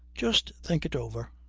just think it over.